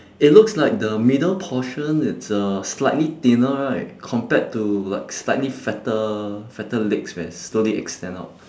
it looks like the middle portion it's uh slightly thinner right compared to like slightly fatter fatter legs where it slowly extend out